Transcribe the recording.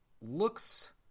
looks